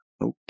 Okay